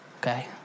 Okay